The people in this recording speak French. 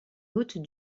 hautes